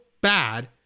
bad